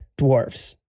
dwarves